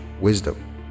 wisdom